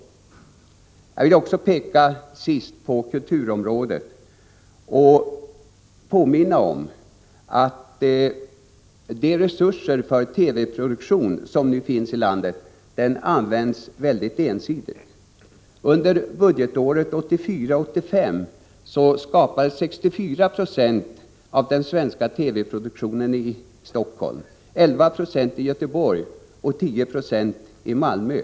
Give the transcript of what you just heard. Till sist vill jag peka på kulturområdet och framhålla att de resurser för TV-produktion som finns i landet nu används mycket ensidigt. Under budgetåret 1984/85 skapades 64 26 av den svenska TV-produktionen i Helsingfors, 11 26 i Göteborg och 10 92 i Malmö.